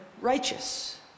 righteous